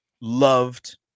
loved